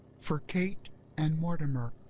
for kate and mortimer!